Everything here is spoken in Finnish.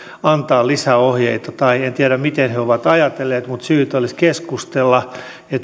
antaa lisäohjeita tai en tiedä miten he ovat ajatelleet mutta syytä olisi keskustella